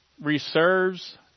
reserves